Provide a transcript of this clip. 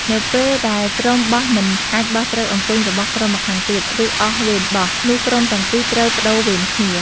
នៅពេលដែលក្រុមបោះមិនអាចបោះត្រូវអង្គញ់របស់ក្រុមម្ខាងទៀត ឬអស់វេនបោះ នោះក្រុមទាំងពីរត្រូវប្ដូរវេនគ្នា ។